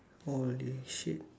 holy shit